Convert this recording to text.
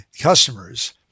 customers